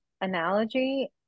analogy